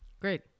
great